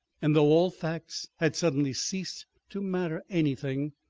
and though all facts had suddenly ceased to matter anything,